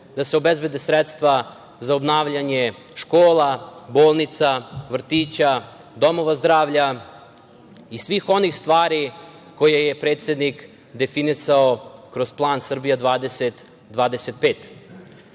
da se obezbede sredstva za obnavljanje škola, bolnica, vrtića, domova zdravlja i svih onih stvari koje je predsednik definisao kroz plan "Srbija